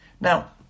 Now